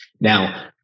Now